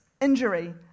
injury